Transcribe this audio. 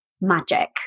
magic